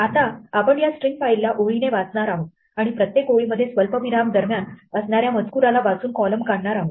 आता आपण या स्ट्रिंग फाईलला ओळीने वाचणार आहोत आणि प्रत्येक ओळी मध्ये स्वल्पविराम दरम्यान असणाऱ्या मजकुराला वाचून कॉलम काढणार आहोत